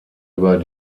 über